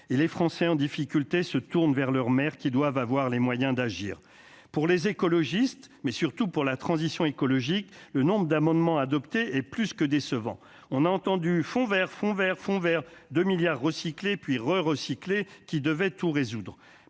et les Français en difficulté se tournent vers leur mère qui doivent avoir les moyens d'agir pour les écologistes, mais surtout pour la transition écologique, le nombre d'amendements adoptés et plus que décevant, on a entendu fond Vert, fond Vert, fond vers 2 milliards recyclé puis qui devait tout résoudre,